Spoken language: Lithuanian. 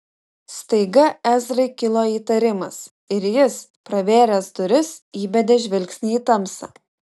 staiga ezrai kilo įtarimas ir jis pravėręs duris įbedė žvilgsnį į tamsą